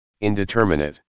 indeterminate